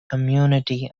community